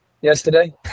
Yesterday